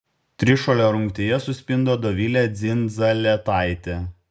trišuolio rungtyje suspindo dovilė dzindzaletaitė